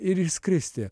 ir išskristi